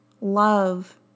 love